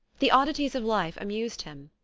the oddities of life amused him.